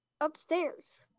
upstairs